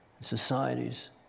societies